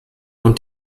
und